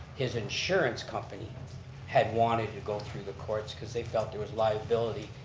his insurance company had wanted to go through the courts because they felt there was liability.